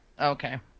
Okay